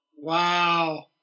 wow